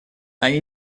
они